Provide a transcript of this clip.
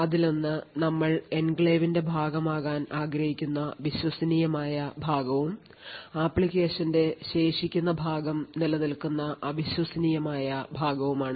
അതിലൊന്ന് നിങ്ങൾ എൻക്ലേവിന്റെ ഭാഗമാകാൻ ആഗ്രഹിക്കുന്ന വിശ്വസനീയമായ ഭാഗവും ആപ്ലിക്കേഷന്റെ ശേഷിക്കുന്ന ഭാഗം നിലനിൽക്കുന്ന അവിശ്വസനീയമായ ഭാഗവുമാണ്